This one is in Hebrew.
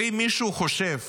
ואם מישהו חושב